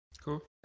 Cool